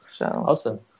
Awesome